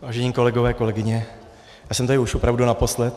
Vážení kolegové, kolegyně, já jsem tady už opravdu naposled.